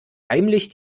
heimlich